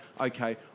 Okay